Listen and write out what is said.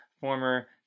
former